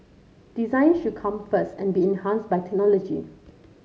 design should come first and be enhanced by technology